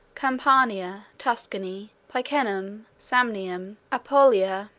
campania, tuscany, picenum, samnium, apulia,